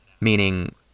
meaning